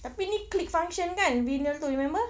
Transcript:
tapi ini click function kan vinyl itu remember